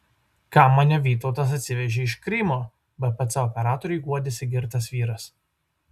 kam mane vytautas atsivežė iš krymo bpc operatoriui guodėsi girtas vyras